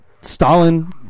Stalin